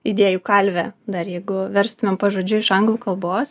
idėjų kalvė dar jeigu verstumėm pažodžiui iš anglų kalbos